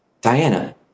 Diana